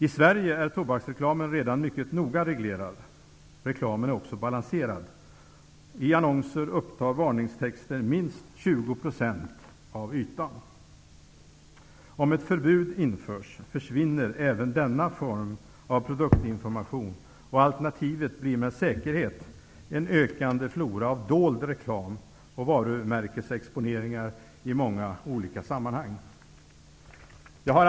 I Sverige är tobaksreklamen redan mycket noga reglerad. Reklamen är också balanserad. I annonser upptar varningstexter minst 20 % av ytan. Om ett förbud införs försvinner även denna form av produktinformation, och alternativet blir med säkerhet en ökande flora av dold reklam och varumärkesexponeringar i många sammanhang. Herr talman!